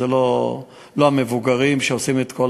לא המבוגרים עושים את כל